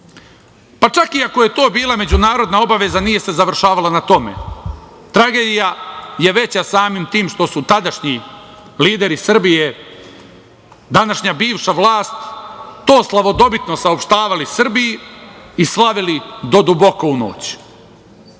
Pa, čak i ako je to bila međunarodna obaveza nije se završavala na tome. Tragedija je veća samim tim što su tadašnji lideri Srbije, današnja bivša vlast, to slavodobitno saopštavali Srbiji i slavili do duboko u noć.